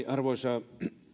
arvoisa